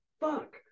fuck